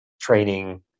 training